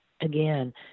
again